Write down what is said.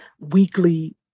weekly